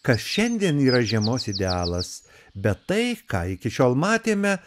kas šiandien yra žiemos idealas bet tai ką iki šiol matėme